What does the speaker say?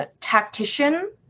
tactician